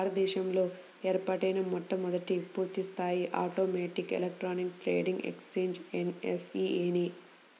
భారత దేశంలో ఏర్పాటైన మొట్టమొదటి పూర్తిస్థాయి automatic electronic trading exchange NSE నే